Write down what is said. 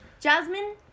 Jasmine